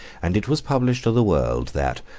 and it was published to the world, that,